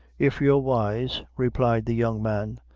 if you're wise, replied the young man,